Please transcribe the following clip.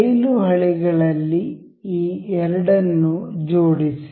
ರೈಲು ಹಳಿಗಳಲ್ಲಿ ಈ ಎರಡನ್ನು ಜೋಡಿಸಿ